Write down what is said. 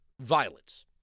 violence